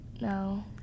No